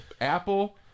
Apple